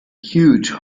huge